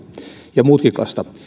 ja mutkikasta